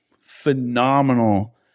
phenomenal